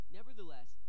Nevertheless